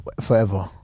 forever